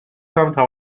تولدم